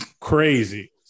crazy